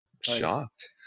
Shocked